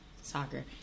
soccer